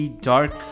Dark